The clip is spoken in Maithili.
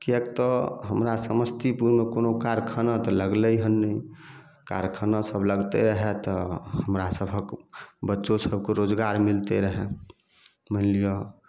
किएक तऽ हमरा समस्तीपुरमे कोनो कारखाना तऽ लगलै हन नहि कारखाना सब लगतै रहए तऽ हमरा सभक बच्चो सबके रोजगार मिलतै रहए मानि लिअ